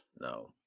no